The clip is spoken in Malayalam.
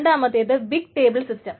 രണ്ടാമത്തെത് ബിഗ് ടേബിൾ സിസ്റ്റം